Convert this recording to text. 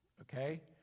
okay